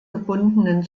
gebundenen